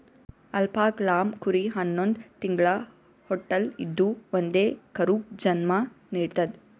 alpaca llama ಕುರಿ ಹನ್ನೊಂದ್ ತಿಂಗ್ಳ ಹೊಟ್ಟಲ್ ಇದ್ದೂ ಒಂದೇ ಕರುಗ್ ಜನ್ಮಾ ನಿಡ್ತದ್